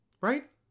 Right